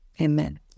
Amen